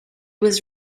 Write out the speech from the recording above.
was